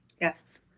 Yes